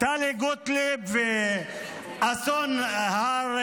טלי גוטליב ואסון הר,